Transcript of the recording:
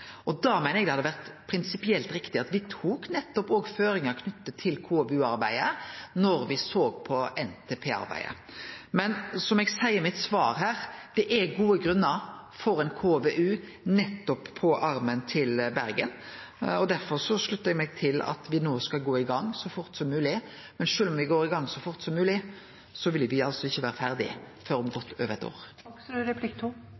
og da meiner eg det hadde vore prinsipielt riktig at me tok føringar knytte til KVU-arbeidet når me såg på NTP-arbeidet. Men som eg seier i mitt svar her, det er gode grunnar for ein KVU på armen til Bergen, og derfor sluttar eg meg til at me no skal gå i gang så fort som mogleg. Men sjølv om me går i gang så fort som mogleg, vil me altså ikkje vere ferdige før om